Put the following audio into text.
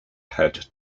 had